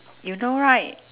you know right